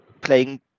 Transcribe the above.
playing